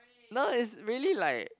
no is really like